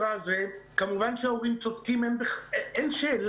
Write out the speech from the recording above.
כמובן, ההורים צודקים אין שאלה.